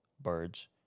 birds